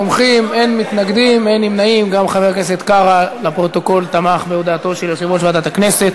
הצעת ועדת הכנסת